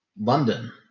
London